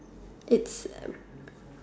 it's uh